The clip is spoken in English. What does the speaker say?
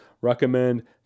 recommend